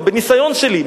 מהניסיון שלי,